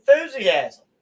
enthusiasm